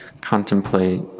contemplate